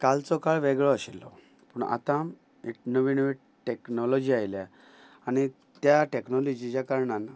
कालचो काळ वेगळो आशिल्लो पूण आतां एक नवी नवी टॅक्नोलॉजी आयल्या आनी त्या टॅक्नोलॉजीच्या कारणान